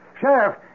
Sheriff